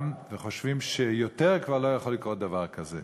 וחושבים שיותר כבר לא יוכל לקרות דבר כזה,